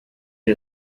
wir